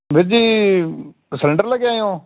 ਵੀਰ ਜੀ ਸਿਲੰਡਰ ਲੈ ਕੇ ਆਏ ਹੋ